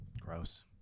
Gross